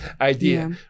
idea